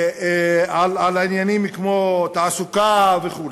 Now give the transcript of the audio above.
עניינים כמו תעסוקה וכו',